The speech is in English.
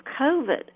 COVID